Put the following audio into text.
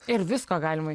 ir visko galima